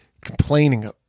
complaining